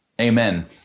Amen